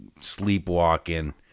sleepwalking